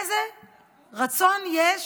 איזה רצון יש